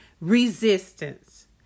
resistance